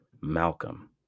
Malcolm